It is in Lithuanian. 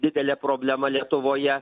didelė problema lietuvoje